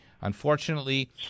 Unfortunately